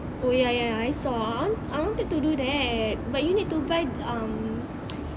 oh ya ya ya I saw I want I wanted to do that but you need to buy um